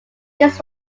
this